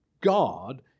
God